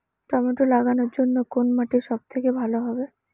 Tomato লাগানোর জন্যে কোন মাটি সব থেকে ভালো হবে?